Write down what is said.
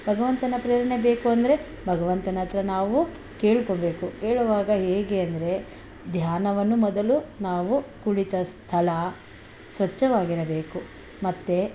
ಭಗವಂತನ ಪ್ರೇರಣೆ ಬೇಕು ಅಂದರೆ ಭಗವಂತನ ಹತ್ರ ನಾವು ಕೇಳ್ಕೊಳ್ಬೇಕು ಕೇಳೋವಾಗ ಹೇಗೆ ಅಂದರೆ ಧ್ಯಾನವನ್ನು ಮೊದಲು ನಾವು ಕುಳಿತ ಸ್ಥಳ ಸ್ವಚ್ಛವಾಗಿರಬೇಕು ಮತ್ತೆ